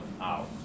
out